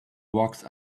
walks